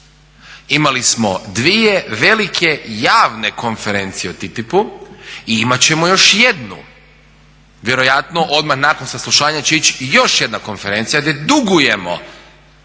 Imali smo dvije velike javne konferencije o TTIP-u i imat ćemo još jednu. Vjerojatno odmah nakon saslušanja će ići još jedna konferencija gdje dugujemo